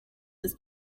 this